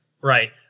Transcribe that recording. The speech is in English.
Right